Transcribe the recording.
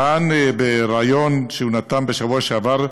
טען בריאיון בשבוע שעבר,